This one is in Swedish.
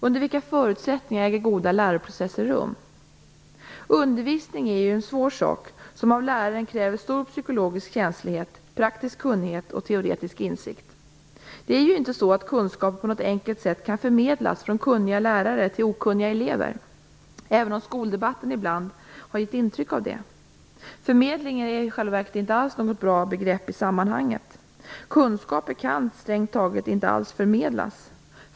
Under vilka förutsättningar äger goda läroprocesser rum? Undervisning är en svår sak, som av läraren kräver stor psykologisk känslighet, praktisk kunnighet och teoretisk insikt. Det är ju inte så att kunskap på något enkelt sätt kan förmedlas från kunniga lärare till okunniga elever, även om skoldebatten ibland har givit intryck av det. Förmedling är i själva verket inte alls något bra begrepp i sammanhanget. Kunskaper kan strängt taget inte alls förmedlas.